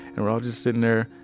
and we're all just sitting there,